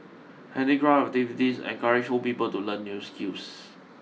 handicraft activities encourage old people to learn new skills